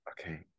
okay